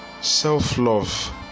self-love